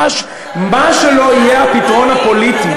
מה שלא יהיה הפתרון הפוליטי,